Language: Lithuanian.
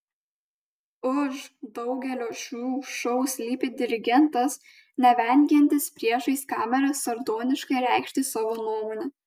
už daugelio šių šou slypi dirigentas nevengiantis priešais kamerą sardoniškai reikšti savo nuomonę